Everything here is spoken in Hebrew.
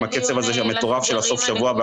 עם הקצב המטורף של הסוף-שבוע,